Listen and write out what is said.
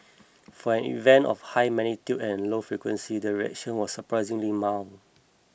for an event of high magnitude and low frequency the reaction was surprisingly mild